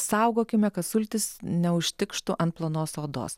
saugokime kad sultys neužtikštų ant plonos odos